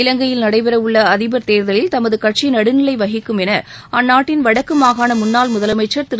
இலங்கையில் நடைபெறவுள்ள அதிபர் தேர்தலில் தமது கட்சி நடுநிலை வகிக்கும் என அந்நாட்டின் வடக்கு மாகாண முன்னாள் முதலமைச்சர் திரு